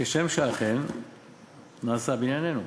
כשם שאכן נעשה בענייננו.